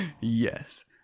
Yes